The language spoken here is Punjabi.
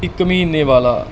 ਇੱਕ ਮਹੀਨੇ ਵਾਲਾ